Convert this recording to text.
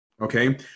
Okay